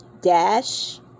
dash